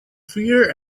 fear